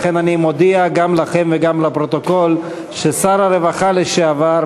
לכן אני מודיע גם לכם וגם לפרוטוקול ששר הרווחה לשעבר,